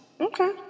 Okay